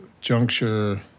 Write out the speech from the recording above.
juncture